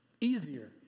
easier